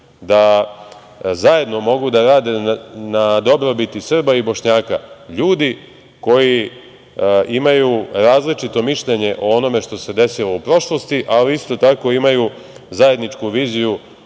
da zajedno mogu da rade na dobrobiti Srba i Bošnjaka ljudi koji imaju različito mišljenje o onome što se desilo u prošlosti, ali isto tako imaju zajedničku viziju